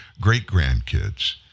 great-grandkids